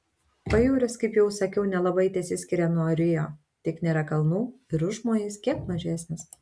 pajūris kaip jau sakiau nelabai tesiskiria nuo rio tik nėra kalnų ir užmojis kiek mažesnis